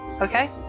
Okay